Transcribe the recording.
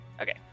Okay